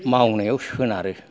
मावनायाव सोनारो